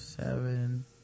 Seven